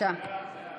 החוקה,